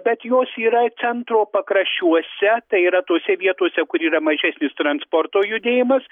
bet jos yra centro pakraščiuose tai yra tose vietose kur yra mažesnis transporto judėjimas